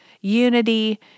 unity